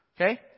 Okay